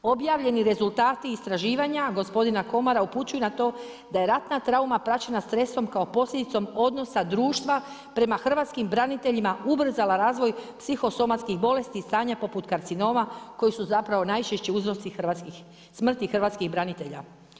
Objavljeni rezultati istraživanja gospodina Komara upućuju na to da je ratna trauma praćena stresom kao posljedicom odnosa društva prema hrvatskim braniteljima ubrzala razvoj psihosomatskih bolesti i stanja poput karcinoma koji su zapravo najčešći uzroci hrvatskih, smrtnih hrvatskih branitelja.